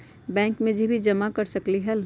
Bank में भी जमा कर सकलीहल?